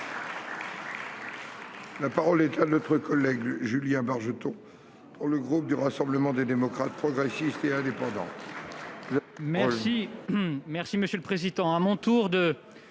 La parole est à M. Julien Bargeton, pour le groupe Rassemblement des démocrates, progressistes et indépendants.